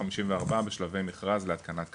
54 בשלבי מכרז להתקנת קר"מ.